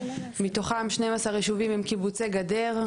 מתוכם 12 ישובים הם קיבוצי גדר,